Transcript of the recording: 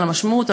על המשמעות,